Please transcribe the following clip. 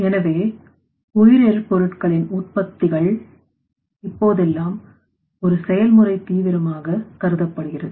எனவே உயிர் எரிபொருட்களின் உற்பத்திகள் இப்போதெல்லாம் ஒரு செயல்முறை தீவிரமாக கருதப்படுகிறது